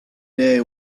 day